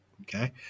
okay